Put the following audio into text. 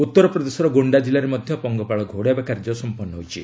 ଉତ୍ତରପ୍ରଦେଶର ଗୋଣ୍ଡା ଜିଲ୍ଲାରେ ମଧ୍ୟ ପଙ୍ଗପାଳ ଘଉଡ଼ାଇବା କାର୍ଯ୍ୟ ସମ୍ପନ୍ନ ହୋଇଛି